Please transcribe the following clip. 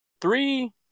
three